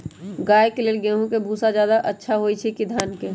गाय के ले गेंहू के भूसा ज्यादा अच्छा होई की धान के?